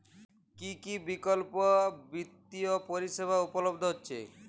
কী কী বিকল্প বিত্তীয় পরিষেবা উপলব্ধ আছে?